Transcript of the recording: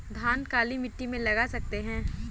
धान काली मिट्टी में लगा सकते हैं?